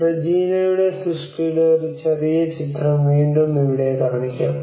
റെജീനയുടെ സൃഷ്ടിയുടെ ഒരു ചെറിയ ചിത്രം വീണ്ടും ഇവിടെ കാണിക്കാം